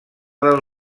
del